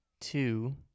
two